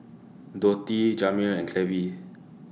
Dotty Jamir and Clevie